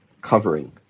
covering